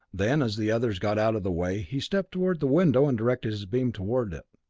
then, as the others got out of the way, he stepped toward the window and directed his beam toward it.